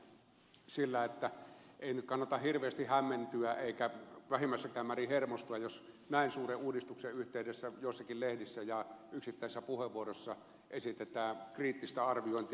voin lohduttaa häntä sillä että ei nyt kannata hirveästi hämmentyä eikä vähimmässäkään määrin hermostua jos näin suuren uudistuksen yhteydessä joissakin lehdissä ja yksittäisissä puheenvuoroissa esitetään kriittistä arviointia